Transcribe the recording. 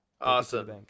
Awesome